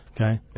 okay